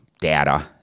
data